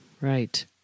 Right